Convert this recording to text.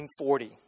1940